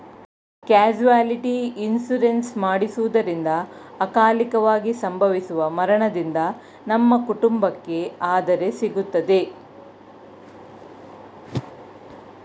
casualty insurance ಮಾಡಿಸುವುದರಿಂದ ಅಕಾಲಿಕವಾಗಿ ಸಂಭವಿಸುವ ಮರಣದಿಂದ ನಮ್ಮ ಕುಟುಂಬಕ್ಕೆ ಆದರೆ ಸಿಗುತ್ತದೆ